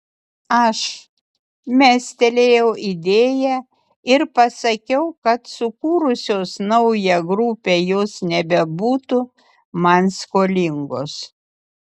aš mestelėjau idėją ir pasakiau kad sukūrusios naują grupę jos nebebūtų man skolingos